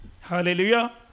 Hallelujah